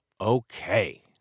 Okay